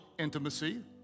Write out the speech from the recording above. intimacy